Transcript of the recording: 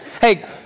Hey